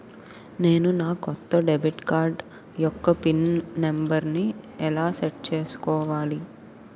నేను నా కొత్త డెబిట్ కార్డ్ యెక్క పిన్ నెంబర్ని ఎలా సెట్ చేసుకోవాలి?